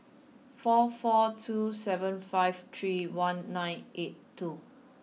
four four two seven five three one nine eight two